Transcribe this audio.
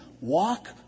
walk